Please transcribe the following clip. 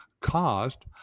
caused